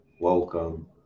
Welcome